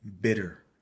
bitter